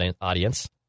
audience